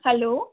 hello